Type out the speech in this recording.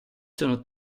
sono